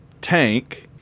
Tank